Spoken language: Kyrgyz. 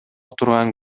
турган